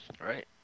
Right